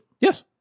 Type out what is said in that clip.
Yes